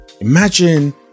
Imagine